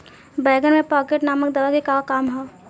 बैंगन में पॉकेट नामक दवा के का काम ह?